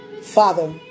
Father